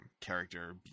character